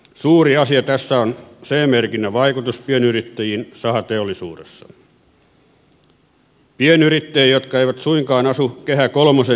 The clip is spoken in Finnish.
suuri asia tässä on ce merkinnän vaikutus pienyrittäjiin sahateollisuudessa pienyrittäjiin jotka eivät suinkaan asu kehä kolmosen sisällä